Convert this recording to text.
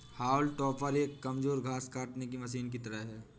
हाउल टॉपर एक कमजोर घास काटने की मशीन की तरह है